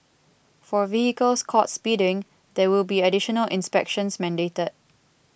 for vehicles caught speeding there will be additional inspections mandated